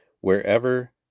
wherever